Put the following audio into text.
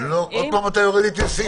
עוד פעם אתה יורד לסעיף 4?